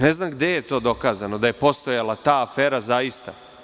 Ne znam gde je to dokazano, da je postojala ta afera zaista.